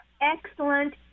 excellent